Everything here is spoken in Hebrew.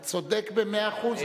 אתה צודק במאה אחוז,